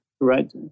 right